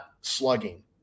slugging